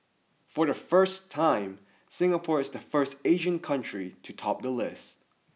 for the first time Singapore is the first Asian country to top the list